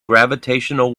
gravitational